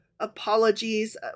apologies